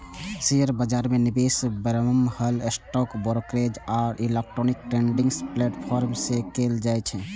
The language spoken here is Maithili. शेयर बाजार मे निवेश बरमहल स्टॉक ब्रोकरेज आ इलेक्ट्रॉनिक ट्रेडिंग प्लेटफॉर्म सं कैल जाइ छै